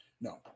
No